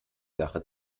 sache